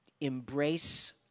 embrace